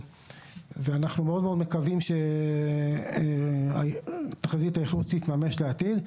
אנחנו מאוד מאוד מקווים שתחזית האכלוס תתממש לעתיד.